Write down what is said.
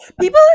People